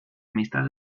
amistad